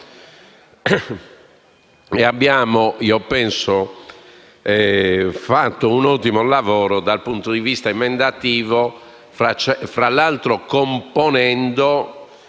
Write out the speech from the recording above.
abbiamo fatto un ottimo lavoro dal punto di vista emendativo, tra l'altro componendo